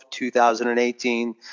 2018